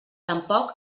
tampoc